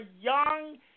young